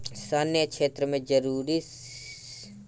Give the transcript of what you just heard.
सैन्य क्षेत्र में जरूरी सुदृढ़ीकरन खातिर रक्षा बजट के पहिले जरूरत होला